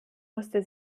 musste